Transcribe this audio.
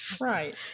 Right